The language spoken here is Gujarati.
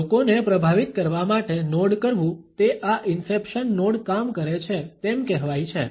લોકોને પ્રભાવિત કરવા માટે નોડ કરવુ તે આ ઇંસેપ્શન નોડ કામ કરે છે તેમ કહેવાય છે